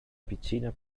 piccina